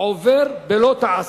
עובר בלא תעשה,